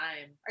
time